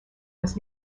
was